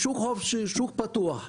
זה שוק חופשי ושוק פתוח.